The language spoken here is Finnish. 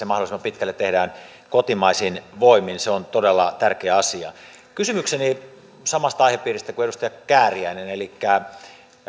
mahdollisimman pitkälle tehdään kotimaisin voimin se on todella tärkeä asia kysymykseni on samasta aihepiiristä kuin edustaja kääriäisellä elikkä